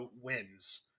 wins